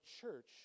church